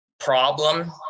problem